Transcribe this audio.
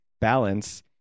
balance